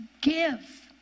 give